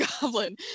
goblin